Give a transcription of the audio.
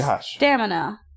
stamina